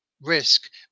risk